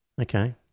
Okay